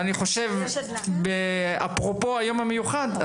ואני חושב אפרופו היום המיוחד,